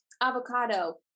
avocado